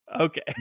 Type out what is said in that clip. Okay